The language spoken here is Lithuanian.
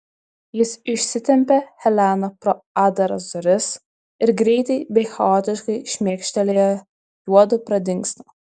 jis išsitempia heleną pro atdaras duris ir greitai bei chaotiškai šmėkštelėję juodu pradingsta